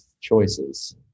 choices